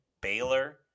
Baylor